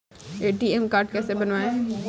ATM card कैसे बनवाएँ?